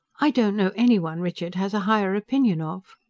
i don't know anyone richard has a higher opinion of!